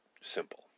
simple